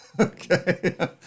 Okay